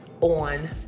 on